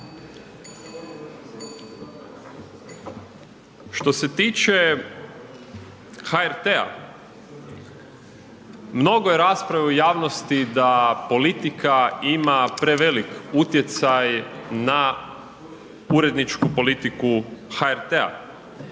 Što se tiče HRT-a, mnogo je rasprava u javnosti da politika ima prevelik utjecaj na uredničku politiku HRT-a.